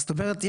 זאת אומרת,